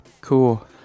cool